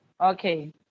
Okay